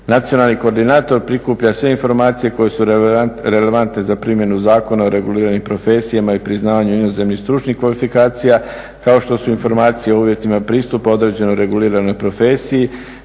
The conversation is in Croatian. Nacionalni koordinator prikuplja sve informacije koje su relevantne za primjenu zakona u reguliranim profesijama i priznavanju inozemnih stručnih kvalifikacija kao što su informacije … određeno reguliranoj profesiji,